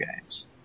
games